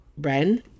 Bren